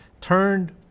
turned